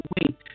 wait